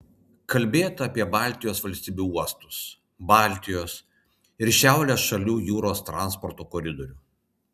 kalbėta apie baltijos valstybių uostus baltijos ir šiaurės šalių jūros transporto koridorių